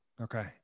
Okay